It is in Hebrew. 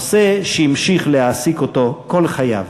נושא שהמשיך להעסיק אותו כל חייו.